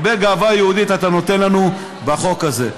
הרבה גאווה יהודית אתה נותן לנו בחוק הזה.